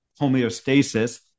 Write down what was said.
homeostasis